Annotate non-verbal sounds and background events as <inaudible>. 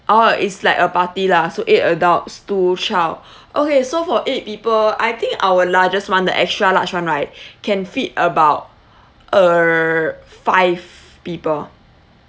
orh it's like a party lah so eight adults two child <breath> okay so for eight people I think our largest one the extra large [one] right can feed about uh five people